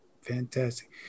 Fantastic